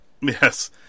Yes